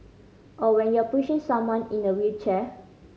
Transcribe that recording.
or when you're pushing someone in a wheelchair